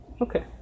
Okay